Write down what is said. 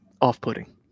Off-putting